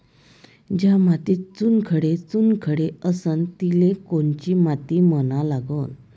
ज्या मातीत चुनखडे चुनखडे असन तिले कोनची माती म्हना लागन?